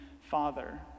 Father